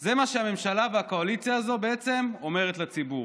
זה מה שהממשלה והקואליציה הזו בעצם אומרות לציבור.